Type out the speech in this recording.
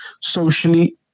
socially